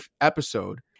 episode